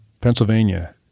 Pennsylvania